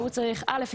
והוא צריך אל"ף,